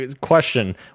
question